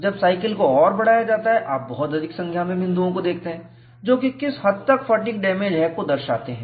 जब साइकिल को और बढ़ाया जाता है आप बहुत अधिक संख्या में बिंदुओं को देखते हैं जो कि किस हद तक फटीग डैमेज है को दर्शाते हैं